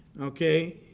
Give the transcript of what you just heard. okay